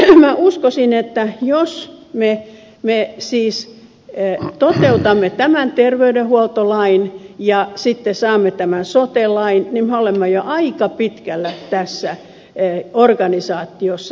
minä uskoisin että jos me siis toteutamme tämän terveydenhuoltolain ja sitten saamme tämän sote lain me olemme jo aika pitkällä tässä organisaatiossa